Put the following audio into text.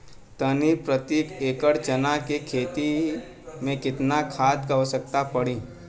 तीन प्रति एकड़ चना के खेत मे कितना खाद क आवश्यकता पड़ी?